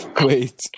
wait